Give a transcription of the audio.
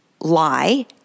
lie